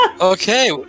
Okay